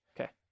Okay